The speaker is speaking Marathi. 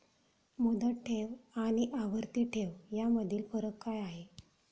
मुदत ठेव आणि आवर्ती ठेव यामधील फरक काय आहे?